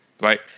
right